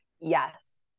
Yes